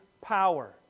power